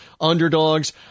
underdogs